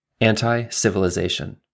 anti-civilization